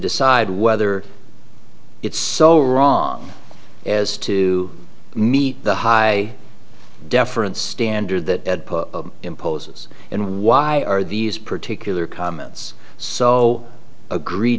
decide whether it's so wrong as to meet the high deference standard that imposes and why are these particular comments so